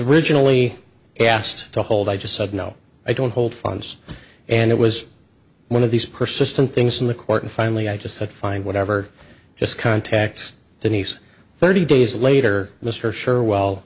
originally asked to hold i just said no i don't hold funds and it was one of these persistent things in the court and finally i just said fine whatever just contact denise thirty days later mr share w